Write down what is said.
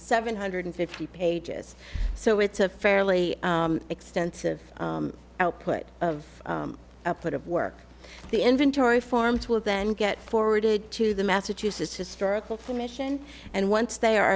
seven hundred fifty pages so it's a fairly extensive output of a put of work the inventory forms will then get forwarded to the massachusetts historical commission and once they are